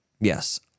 Yes